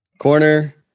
Corner